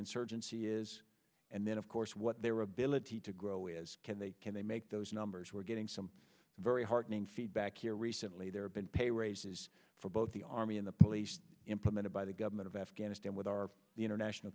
insurgency is and then of course what their ability to grow is can they can they make those numbers we're getting some very heartening feedback here recently there have been pay raises for both the army and the police implemented by the government of afghanistan with our the international